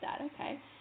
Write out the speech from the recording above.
okay